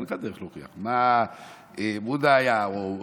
אין לך דרך להוכיח, מה בודהה היה או אחר?